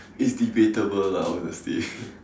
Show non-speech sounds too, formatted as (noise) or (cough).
it's debatable lah honestly (laughs)